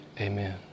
amen